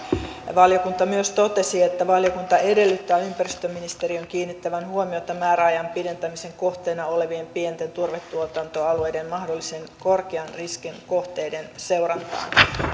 valiokunta myös totesi että valiokunta edellyttää ympäristöministeriön kiinnittävän huomiota määräajan pidentämisen kohteena olevien pienten turvetuotantoalueiden mahdollisten korkean riskin kohteiden seurantaan